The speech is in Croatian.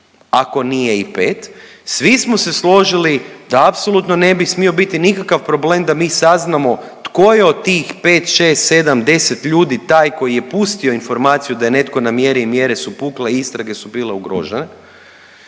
ako nije i 5. Svi smo se složili da apsolutno ne bi smio biti nikakav problem da mi saznamo tko je od tih 5, 6, 7, 10 ljudi taj koji je pustio informaciju da je netko na mjere i mjere su pukle i istrage su bile ugrožene,